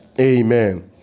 Amen